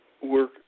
work